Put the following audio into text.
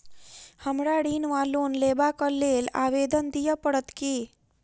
हमरा ऋण वा लोन लेबाक लेल आवेदन दिय पड़त की?